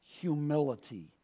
humility